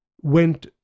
went